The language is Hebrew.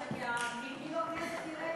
חברי חברי הכנסת,